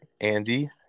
Andy